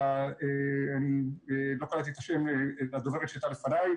אני לא זוכר את השם של הדוברת שהייתה לפניי,